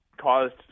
caused